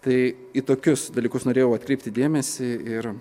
tai į tokius dalykus norėjau atkreipti dėmesį ir